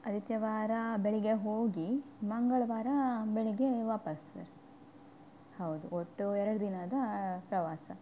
ಆದಿತ್ಯವಾರ ಬೆಳಗ್ಗೆ ಹೋಗಿ ಮಂಗಳವಾರ ಬೆಳಗ್ಗೆ ವಾಪಸ್ ಸರ್ ಹೌದು ಒಟ್ಟು ಎರಡು ದಿನದ ಪ್ರವಾಸ